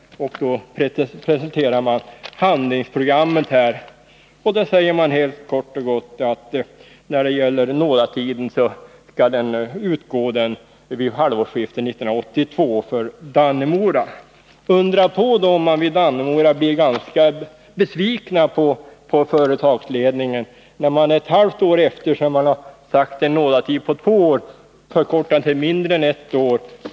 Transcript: Handlingsprogrammet presenterades och det sades kort och gott att nådatiden för Dannemora skulle utgå vid halvårsskiftet 1982. Inte att undra på då om arbetarna i Dannemora blev ganska besvikna på företagsledningen, när de ett halvt år efter det att de utlovats en nådatid på två år fick den tiden förkortad till mindre än ett år.